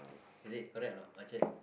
is it correct or not Orchard